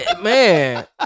Man